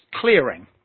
clearing